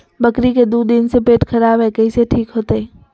बकरी के दू दिन से पेट खराब है, कैसे ठीक होतैय?